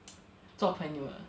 做朋友了